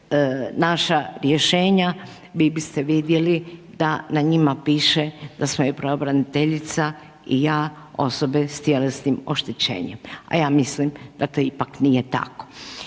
naša rješenja, vi biste vidjeli da na njima piše da smo i pravobraniteljica i ja osobe sa tjelesnim oštećenjem a ja mislim da to ipak nije tako.